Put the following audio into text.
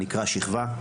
הנקרא שכבה,